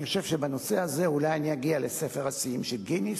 אני חושב שבנושא הזה אולי אני אגיע לספר השיאים של גינס,